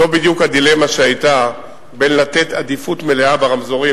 זו בדיוק הדילמה שהיתה בין לתת עדיפות מלאה ברמזורים